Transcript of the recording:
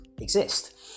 exist